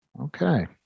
okay